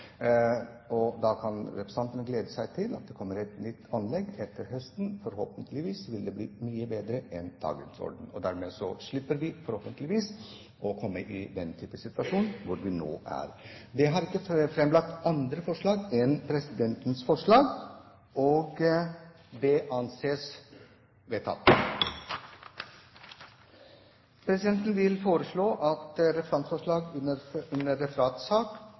kan glede seg til at det kommer et nytt anlegg til høsten. Forhåpentligvis vil det bli mye bedre enn dagens anlegg. Dermed slipper vi forhåpentligvis å komme i den type situasjon som vi nå er i. Det er ikke framkommet innvendinger mot presidentens forslag om at kravet i forretningsordenens § 47 om ny komitébehandling fravikes, og det anses vedtatt. Presidenten vil så foreslå at representantforslaget under